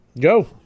Go